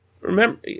remember